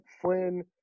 Flynn